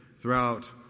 throughout